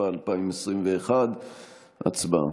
התשפ"א 2021. הצבעה.